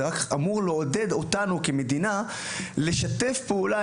זה אמור לעודד אותנו כמדינה לשתף פעולה